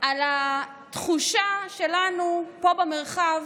על התחושה שלנו פה במרחב,